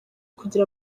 kugira